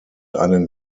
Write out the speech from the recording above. einen